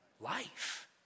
life